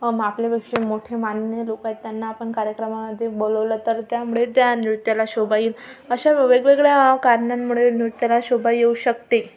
मापल्यापेक्षा मोठे मान्य लोकं आहेत त्यांना आपण कार्यक्रमामध्ये बोलवलं तर त्यामुळे त्या नृत्याला शोभा येईल अशा वेगवेगळ्या कारणांमुळे नृत्याला शोभा येऊ शकते